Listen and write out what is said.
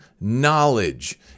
knowledge